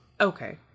okay